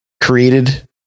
created